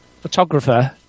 photographer